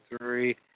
three